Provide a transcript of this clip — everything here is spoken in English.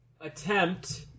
attempt